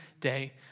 day